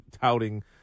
touting